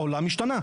העולם השתנה.